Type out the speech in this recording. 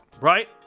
Right